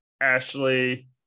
Ashley